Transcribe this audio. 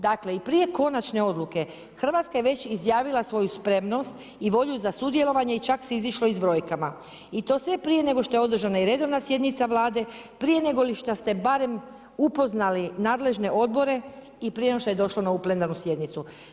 Dakle i prije konačne odluke Hrvatska je već izjavila svoju spremnost i volju za sudjelovanje i čak se izišlo s brojkama i to sve prije nego što je održana i redovna sjednica Vlade, prije negoli što ste barem upoznali nadležne odbore i prije nego što je došlo na ovu plenarnu sjednicu.